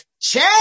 check